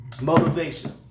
Motivation